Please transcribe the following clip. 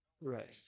Right